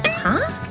huh?